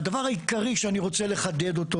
והדבר העיקרי שאני רוצה לחדד אותו